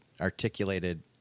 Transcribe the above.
articulated